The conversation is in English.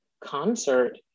concert